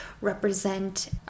represent